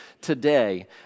today